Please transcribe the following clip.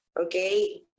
okay